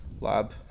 lab